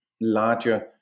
larger